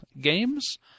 games